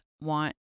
want